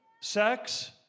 Sex